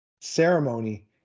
ceremony